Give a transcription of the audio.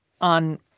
on